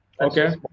Okay